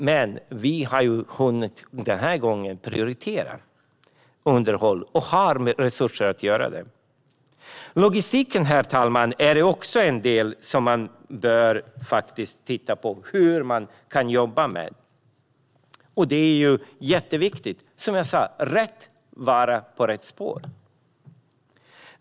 Men vi har prioriterat underhåll denna gång, och vi har resurser att göra det. Vi behöver också titta på hur det går att jobba med logistiken. Det är viktigt. Rätt vara på rätt spår.